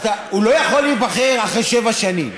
הוא לא יכול להיבחר אחרי שבע שנים,